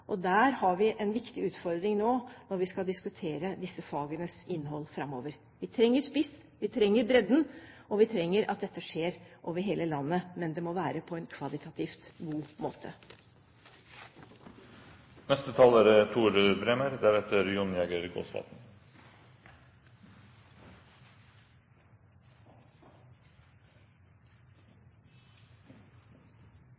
Der har vi en viktig utfordring nå når vi skal diskutere disse fagenes innhold framover. Vi trenger spiss, vi trenger bredde, og vi trenger at dette skjer over hele landet, men det må være på en kvalitativt god måte.